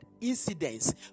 incidents